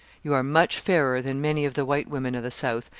you are much fairer than many of the white women of the south,